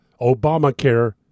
Obamacare